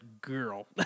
girl